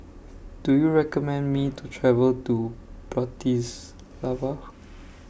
Do YOU recommend Me to travel to Bratislava